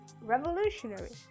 revolutionary